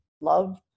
love